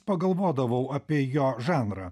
pagalvodavau apie jo žanrą